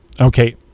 Okay